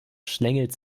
schlängelt